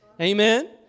Amen